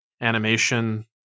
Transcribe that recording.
animation